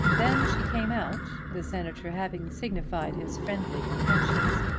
then she came out, the senator having signified his friendly intentions,